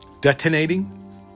detonating